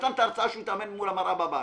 נתן את ההרצאה שהוא התאמן מול המראה בבית,